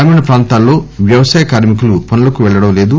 గ్రామీణ ప్రాంతాల్లో వ్యవసాయ కార్మికులు పనులకు పెళ్లడం లేదు